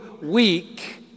weak